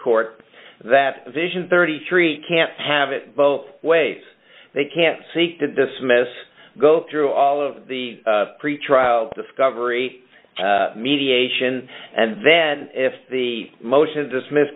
court that vision thirty three can't have it both ways they can't seek to dismiss go through all of the pretrial discovery mediation and then if the motion to dismiss